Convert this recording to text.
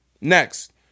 Next